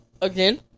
Again